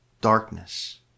darkness